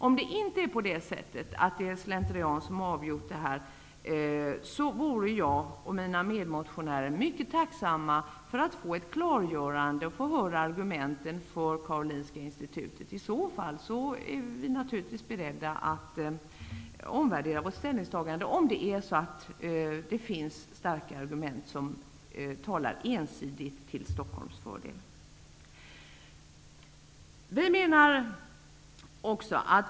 Om det inte är slentrian som avgjort, vore jag och mina medmotionärer mycket tacksamma om vi kunde få ett klargörande och fick höra argumenten för Karolinska institutet. Vi är naturligtvis beredda att omvärdera vårt ställningstagande, om det finns starka argument som ensidigt talar till Stockholms fördel.